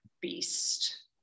beast